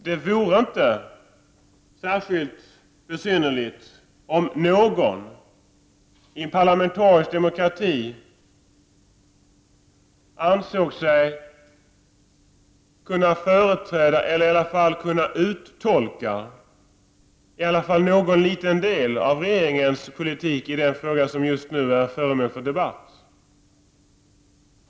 Det vore inte särskilt besynnerligt om någon i en parlamentarisk demokrati ansåg sig kunna företräda — eller i varje fall kunna uttolka — åtminstone någon liten del av regeringens politik när det gäller den fråga som just nu är föremål för debatt.